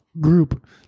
group